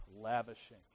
lavishing